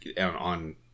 on